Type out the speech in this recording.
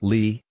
Lee